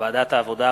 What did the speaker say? ועדת העבודה,